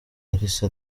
elisa